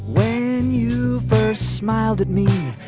when you first smiled at me,